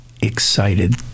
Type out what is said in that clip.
excited